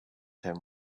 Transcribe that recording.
him